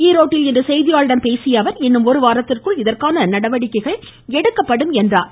ஈரோட்டில் இன்று செய்தியாளர்களிடம் பேசிய அவர் இன்னும் ஒரு வாரத்திற்குள் இதற்கான நடவடிக்கைகள் எடுக்கப்படும் என்றார்